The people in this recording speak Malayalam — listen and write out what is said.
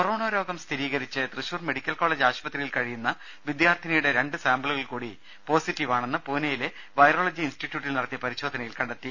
കൊറോണ രോഗം സ്ഥിരീകരിച്ച് തൃശൂർ മെഡിക്കൽ കോളജ് ആശുപത്രി യിൽ കഴിയുന്ന വിദ്യാർഥിനിയുടെ രണ്ട് സാമ്പിളുകൾ കൂടി പോസി റ്റീവാണെന്ന് പൂനെയിലെ വൈറോളജി ഇൻസ്റ്റിറ്റ്യൂട്ടിൽ നടത്തിയ പരി ശോധനയിൽ കണ്ടെത്തി